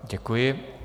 Děkuji.